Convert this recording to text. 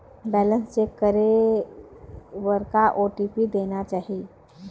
Balance check करे बर का ओ.टी.पी देना चाही?